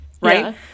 right